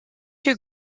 two